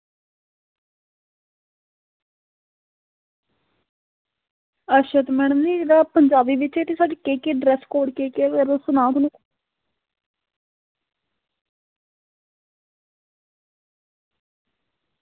ते अच्छा मैडम जी एह् पंजाबी बिच साढ़ी ड्रेस कोड केह् केह् सनाओ आं